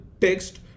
text